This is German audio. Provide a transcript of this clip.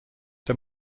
der